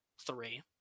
three